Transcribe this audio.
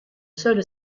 seule